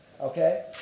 Okay